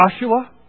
Joshua